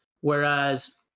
Whereas